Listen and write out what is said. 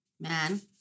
Man